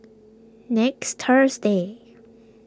next Thursday